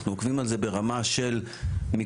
אנחנו עוקבים אחרי זה ברמה של מקצוע,